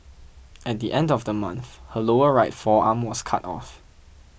at the end of the month her lower right forearm was cut off